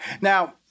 Now